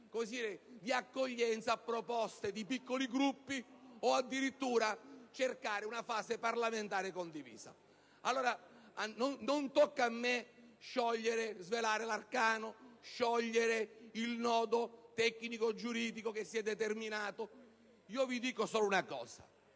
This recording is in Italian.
rispetto a proposte di piccoli Gruppi o, addirittura, cercare una fase parlamentare condivisa. Non tocca a me svelare l'arcano e sciogliere il nodo tecnico e giuridico che si è determinato. Io voglio solo ribadire